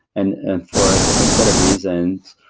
and and for a different set of reasons,